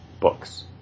books